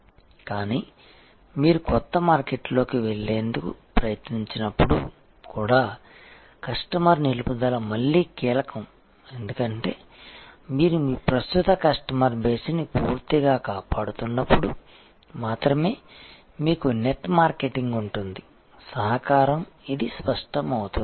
కానీ మీరు కొత్త మార్కెట్లోకి వెళ్లేందుకు ప్రయత్నించినప్పుడు కూడా కస్టమర్ నిలుపుదల మళ్లీ కీలకం ఎందుకంటే మీరు మీ ప్రస్తుత కస్టమర్ బేస్ని పూర్తిగా కాపాడుతున్నప్పుడు మాత్రమే మీకు నెట్ మార్కెటింగ్ ఉంటుంది సహకారం ఇది స్పష్టమవుతుంది